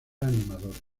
animadores